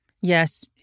Yes